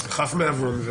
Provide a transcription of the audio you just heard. חף מעוון.